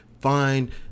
Find